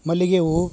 ಮಲ್ಲಿಗೆ ಹೂವು